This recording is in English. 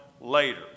later